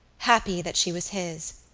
happy that she was his,